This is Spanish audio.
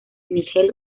nigel